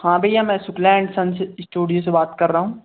हाँ भैया मैं शुक्ला एंड सन स्टूडियो से बात कर रहा हूँ